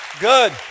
Good